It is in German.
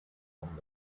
und